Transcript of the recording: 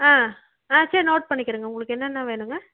ஆ ஆ சரி நோட் பண்ணிக்கிறேங்க உங்களுக்கு என்னென்ன வேணுங்க